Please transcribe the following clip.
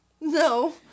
No